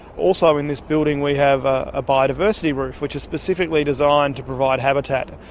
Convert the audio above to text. also in this building we have a biodiversity roof which is specifically designed to provide habitat.